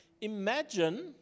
Imagine